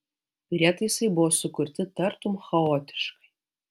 prietaisai buvo sukurti tartum chaotiškai